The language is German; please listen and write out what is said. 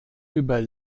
über